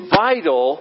vital